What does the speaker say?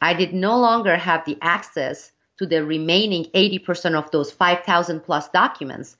i did no longer have the access to the remaining eighty percent of those five thousand plus documents